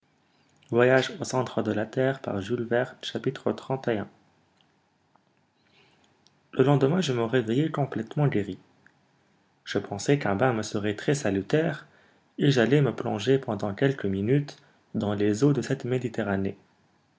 xxxi le lendemain je me réveillai complètement guéri je pensai qu'un bain me serait très salutaire et j'allai me plonger pendant quelques minutes dans les eaux de cette méditerranée